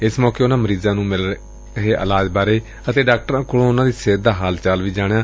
ਇਸ ਮੌਕੇ ਉਨੁਾਂ ਮਰੀਜਾਂ ਨੂੰ ਮਿਲ ਰਹੇ ਇਲਾਜ਼ ਬਾਰੇ ਅਤੇ ਡਾਕਟਰਾਂ ਕੋਲੋ ਉਨ੍ਹਾਂ ਦੀ ਸਿਹਤ ਦਾ ਹਾਲ ਵੀ ਜਾਣਿਆ